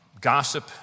Gossip